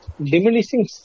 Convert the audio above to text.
diminishing